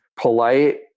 polite